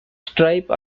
stripe